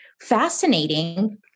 fascinating